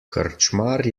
krčmar